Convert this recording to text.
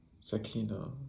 sakina